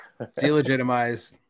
Delegitimize